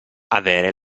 avere